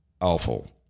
awful